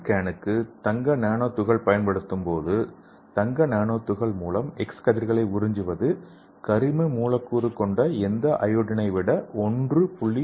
ஸ்கானுக்கு தங்க நானோ துகள் பயன்படுத்தும் போது தங்க நானோ துகள் மூலம் எக்ஸ் கதிர்களை உறிஞ்சுவது கரிம மூலக்கூறு கொண்ட எந்த அயோடினை விட 1